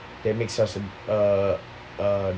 that makes us err err the